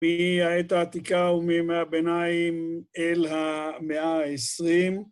‫מעת העתיקה ומהביניים אל המאה ה-20.